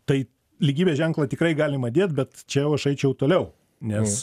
tai lygybės ženklą tikrai galima dėt bet čia jau aš eičiau toliau nes